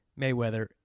Mayweather